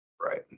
Right